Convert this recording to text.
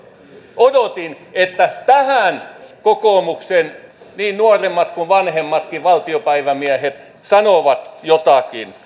odotin että tähän kokoomuksen niin nuoremmat kuin vanhemmatkin valtiopäivämiehet sanovat jotakin